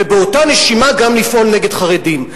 ובאותה נשימה גם לפעול נגד חרדים.